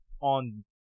on